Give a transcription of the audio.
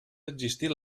existir